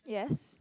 yes